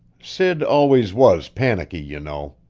sid always was panicky, you know.